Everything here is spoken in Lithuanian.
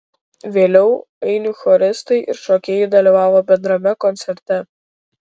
vėliau ainių choristai ir šokėjai dalyvavo bendrame koncerte